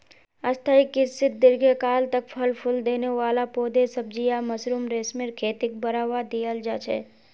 स्थाई कृषित दीर्घकाल तक फल फूल देने वाला पौधे, सब्जियां, मशरूम, रेशमेर खेतीक बढ़ावा दियाल जा छे